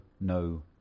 no